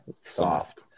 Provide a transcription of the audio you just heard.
soft